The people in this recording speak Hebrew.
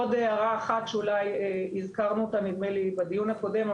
עוד הערה אחת שאולי הזכרנו אותה נדמה לי בדיון הקודם,